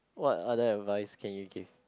what other employee can you take